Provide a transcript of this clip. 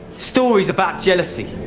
stories about jealousy,